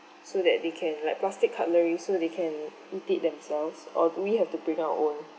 so that they can like plastic cutlery so they can eat it themselves or do we have to bring our own